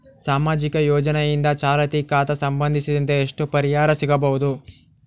ಸಾಮಾಜಿಕ ಯೋಜನೆಯಿಂದ ಚಾಲತಿ ಖಾತಾ ಸಂಬಂಧಿಸಿದಂತೆ ಎಷ್ಟು ಪರಿಹಾರ ಸಿಗಬಹುದು?